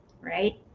right